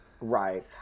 Right